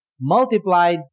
Multiplied